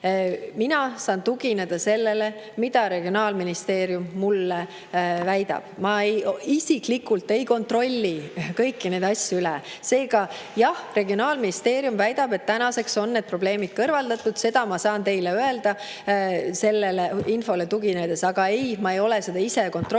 Mina saan tugineda sellele, mida Regionaalministeerium mulle väidab. Ma isiklikult ei kontrolli kõiki neid asju üle. Seega jah, Regionaalministeerium väidab, et tänaseks on need probleemid kõrvaldatud. Seda ma saan teile öelda sellele infole tuginedes. Aga jah, ma ei ole seda ise kontrollinud,